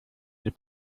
nie